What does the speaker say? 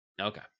Okay